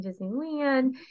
Disneyland